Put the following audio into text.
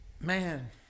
man